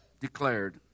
declared